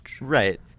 Right